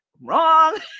wrong